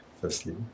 Firstly